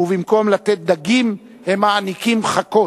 ובמקום לתת דגים הם מעניקים חכות.